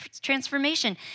transformation